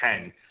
ten